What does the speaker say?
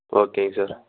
ஓகேங்க சார்